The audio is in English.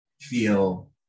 feel